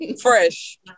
Fresh